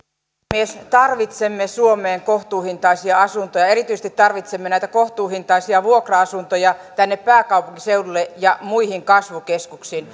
puhemies tarvitsemme suomeen kohtuuhintaisia asuntoja erityisesti tarvitsemme näitä kohtuuhintaisia vuokra asuntoja tänne pääkaupunkiseudulle ja muihin kasvukeskuksiin